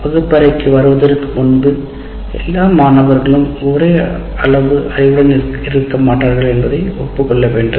குப்பிற்கு வருவதற்கு முன்பு எல்லா மாணவர்களுக்கும் ஒரே அளவு இருக்காது என்று ஒப்புக் கொள்ள வேண்டும்